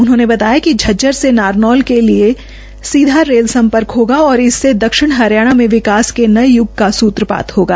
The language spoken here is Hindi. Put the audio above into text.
उन्होंने बताया कि झज्जर से नारनौल के लिए साधा रेल संपर्क होगा व इससे दक्षिण हरियाणा में विकास के नये यूग का सूत्रपात होगा